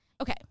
Okay